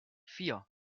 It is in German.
vier